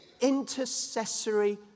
intercessory